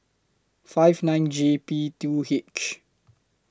five nine J P two H